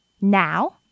Now